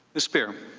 mr. chairman.